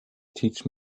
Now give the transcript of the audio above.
teach